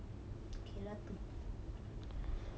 okay lah tu